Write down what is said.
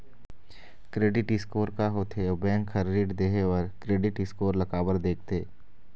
Credit score का होथे अउ बैंक हर ऋण देहे बार क्रेडिट स्कोर ला काबर देखते?